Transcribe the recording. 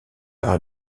par